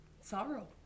sorrow